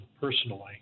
personally